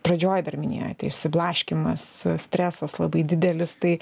pradžioj dar minėjote išsiblaškymas stresas labai didelis tai